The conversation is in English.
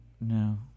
No